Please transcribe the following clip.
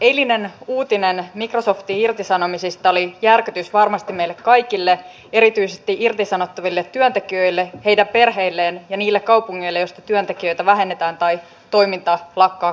eilinen uutinen microsoftin irtisanomisista oli järkytys varmasti meille kaikille erityisesti irtisanottaville työntekijöille heidän perheilleen ja niille kaupungeille joista työntekijöitä vähennetään tai toiminta lakkaa kokonaan